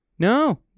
No